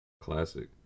classic